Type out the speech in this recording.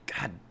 god